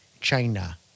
China